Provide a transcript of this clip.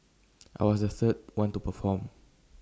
I was the third one to perform